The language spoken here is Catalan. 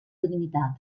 dignitat